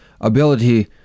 ability